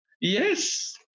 Yes